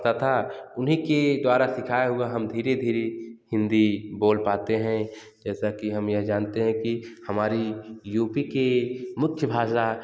पड़ता था उन्हीं के द्वारा सिखाया हुआ हम धीरे धीरे हिंदी बोल पाते हैं जैसा कि हम यह जानते हैं कि हमारी यू पी के मुख्य भाषा